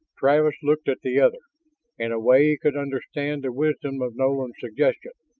travis looked at the other. in a way he could understand the wisdom of nolan's suggestion.